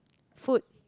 food